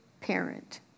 parent